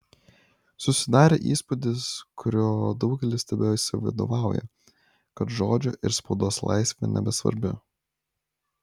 susidarė įspūdis kuriuo daugelis tebesivadovauja kad žodžio ir spaudos laisvė nebesvarbi